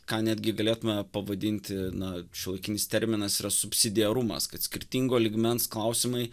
ką netgi galėtume pavadinti na šiuolaikinis terminas yra subsidiarumas kad skirtingo lygmens klausimai